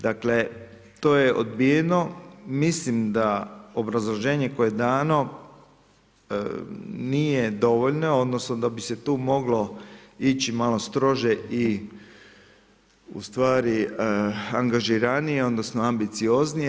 Dakle to je odbijeno, mislim da obrazloženje koje je dano nije dovoljno odnosno da bi se tu moglo ići malo strože i ustvari angažiranije odnosno ambicioznije.